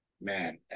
man